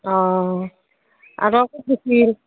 অঁ আৰু